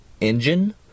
engine